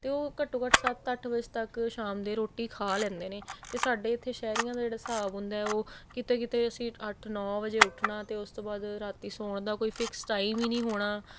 ਅਤੇ ਉਹ ਘੱਟੋ ਘੱਟ ਸੱਤ ਅੱਠ ਵਜੇ ਤੱਕ ਸ਼ਾਮ ਦੇ ਰੋਟੀ ਖਾ ਲੈਂਦੇ ਨੇ ਅਤੇ ਸਾਡੇ ਇੱਥੇ ਸ਼ਹਿਰੀਆਂ ਦਾ ਜਿਹੜਾ ਹਿਸਾਬ ਹੁੰਦਾ ਉਹ ਕਿਤੇ ਕਿਤੇ ਅਸੀਂ ਅੱਠ ਨੌ ਵਜੇ ਉੱਠਣਾ ਅਤੇ ਉਸ ਤੋਂ ਬਾਅਦ ਰਾਤੀ ਸੌਣ ਦਾ ਕੋਈ ਫਿਕਸ ਟਾਈਮ ਹੀ ਨਹੀਂ ਹੋਣਾ